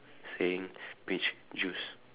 saying peach juice